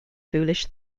foolish